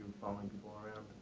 um and people around.